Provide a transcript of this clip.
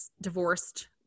divorced